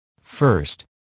First